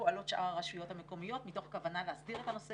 פועלות שאר הרשויות המקומיות מתוך כוונה להסדיר את הנושא,